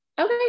Okay